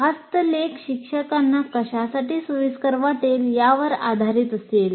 हस्तलेख शिक्षकांना कशासाठी सोयीस्कर वाटेल यावर आधारित असेल